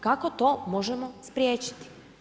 Kako to možemo spriječiti?